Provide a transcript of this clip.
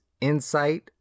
insight